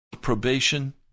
probation